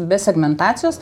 be segmentacijos